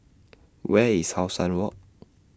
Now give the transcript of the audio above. Where IS How Sun Walk